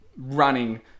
running